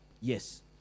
Yes